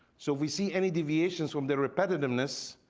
so we see any deviations from the repetitiveness,